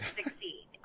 succeed